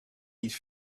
niet